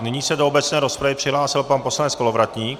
Nyní se do obecné rozpravy přihlásil pan poslanec Kolovratník.